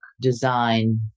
design